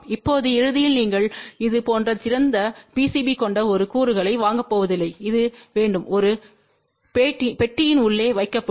இப்போது இறுதியில் நீங்கள் இது போன்ற திறந்த PCB கொண்ட ஒரு கூறுகளை வாங்கப் போவதில்லை இது வேண்டும் ஒரு பெட்டியின் உள்ளே வைக்கப்படும்